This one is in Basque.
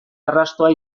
arrastoa